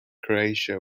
croatia